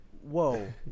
Whoa